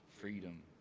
freedom